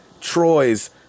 Troy's